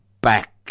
back